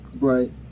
Right